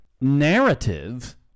narrative